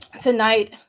Tonight